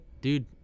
Dude